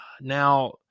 now